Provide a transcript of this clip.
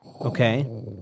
Okay